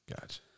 Gotcha